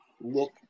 look